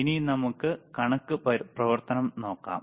ഇനി നമുക്ക് കണക്ക് പ്രവർത്തനം നോക്കാം